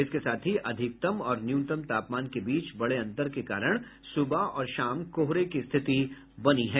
इसके साथ ही अधिकतम और न्यूनतम तापमान के बीच बड़े अंतर के कारण सुबह और शाम कोहरे की स्थिति बनी है